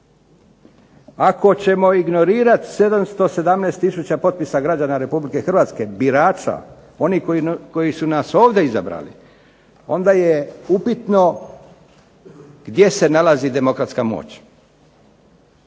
Ako ćemo ignorirati 717000 potpisa građana Republike Hrvatske, birača, oni koji su nas ovdje izabrali onda je upitno gdje se nalazi demokratska moć.